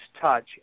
touch